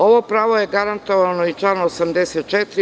Ovo pravo je garantovano i članom 84.